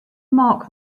mark